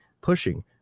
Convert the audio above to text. pushing